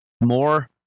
more